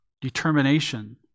determination